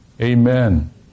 Amen